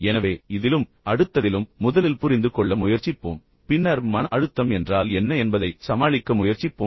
எனவே இதிலும் அடுத்ததிலும் முதலில் புரிந்துகொள்ள முயற்சிப்போம் பின்னர் மன அழுத்தம் என்றால் என்ன என்பதைச் சமாளிக்க முயற்சிப்போம்